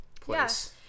place